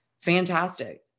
fantastic